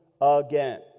again